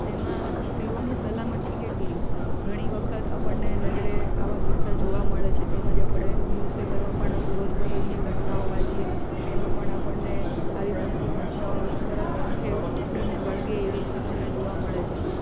તેમાં સ્ત્રીઓની સલામતી કેટલી ઘણી વખત આપણને નજરે આવા કિસ્સા જોવા મળે છે તેમ જ આપણે ન્યુઝ પેપરમાં પણ રોજબરોજની ઘટનાઓ વાંચીએ તેમાં પણ આપણને આવી બનતી ઘટનાઓ તરત આંખે ઉડીને વળગે એવી આપણને જોવા મળે છે